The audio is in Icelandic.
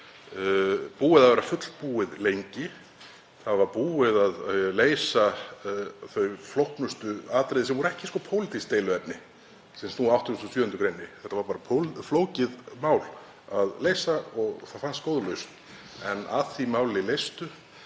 búið að vera fullbúið lengi. Það var búið að leysa þau flóknustu atriði sem voru ekki pólitísk deiluefni sem snúa að 87. gr. Þetta var bara flókið mál að leysa og það fannst góð lausn en að því máli leystu